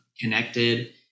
connected